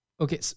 Okay